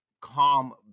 calm